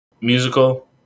musical